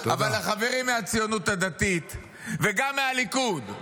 אבל החברים מהציונות הדתית וגם מהליכוד,